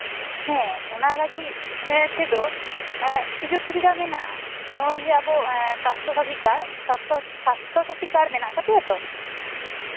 ᱦᱮᱸ ᱚᱱᱟ ᱞᱟ ᱜᱤᱫ ᱱᱤᱭᱟᱹ ᱛᱮᱫᱚ ᱮᱸᱜ ᱥᱩᱡᱳᱜᱽᱼᱥᱩᱵᱤᱫᱷᱟ ᱢᱮᱱᱟᱜᱼᱟ ᱱᱚᱜᱼᱚᱭ ᱡᱮ ᱟᱵᱚᱣᱟᱜ ᱥᱟᱥᱛᱷᱚᱥᱟᱛᱷᱤ ᱠᱟᱨᱰ ᱥᱟᱥᱛᱷᱚ ᱥᱟᱥᱛᱷᱚᱥᱟᱛᱷᱤ ᱠᱟᱨᱰ ᱢᱮᱱᱟᱜ ᱛᱟᱯᱮᱭᱟ ᱛᱚ